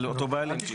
של אותו בעלים.